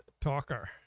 talker